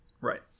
Right